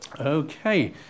Okay